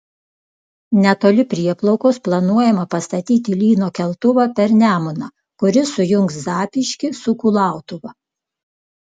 netoli prieplaukos planuojama pastatyti lyno keltuvą per nemuną kuris sujungs zapyškį su kulautuva